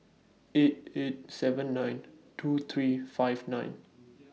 eight eight seven nine two three five nine